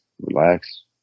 relax